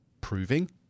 proving